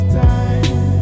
time